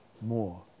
more